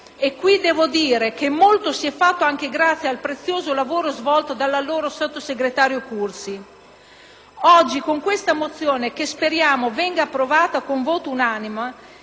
devo dire che molto si è fatto anche grazie al prezioso lavoro svolto dall'allora sottosegretario Cursi. Oggi, con questa mozione che speriamo venga approvata con voto unanime,